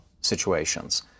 situations